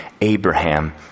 Abraham